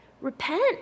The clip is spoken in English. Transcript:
repent